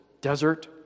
desert